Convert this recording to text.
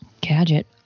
Gadget